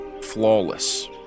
flawless